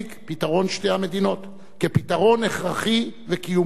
את פתרון שתי המדינות כפתרון הכרחי וקיומי.